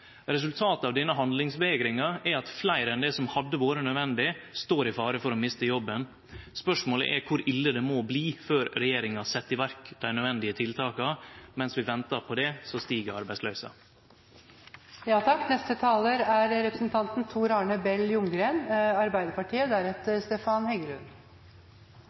Resultatet av denne handlingsvegringa er at fleire enn det som hadde vore nødvendig, står i fare for å miste jobben. Spørsmålet er kor ille det må bli før regjeringa set i verk dei nødvendige tiltaka. Mens vi ventar på det, stig